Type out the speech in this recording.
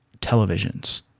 televisions